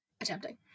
Attempting